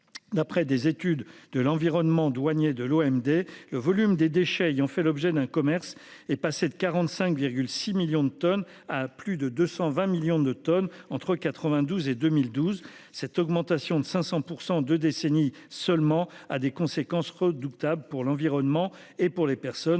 D'après des études de l'environnement douaniers de l'OMD, le volume des déchets ont fait l'objet d'un commerce est passée de 45, 6 millions de tonnes à plus de 220 millions de tonnes entre 92 et 2012. Cette augmentation de 500, 102 décennies seulement à des conséquences redoutables pour l'environnement et pour les personnes